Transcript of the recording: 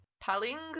Paling